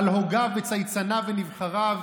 על הוגיו וצייצניו ונבחריו,